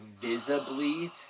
visibly